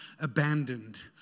abandoned